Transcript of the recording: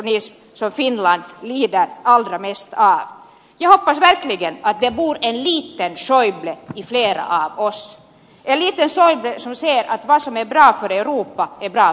jag hoppas verkligen att det bor en liten schäuble i flera av oss en liten schäuble som ser att det som är bra för europa är bra för finland